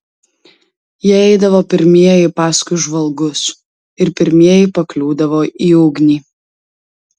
jie eidavo pirmieji paskui žvalgus ir pirmieji pakliūdavo į ugnį